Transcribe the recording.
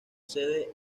sede